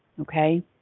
Okay